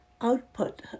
output